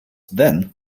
then